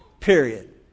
Period